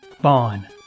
Bond